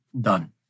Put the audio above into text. done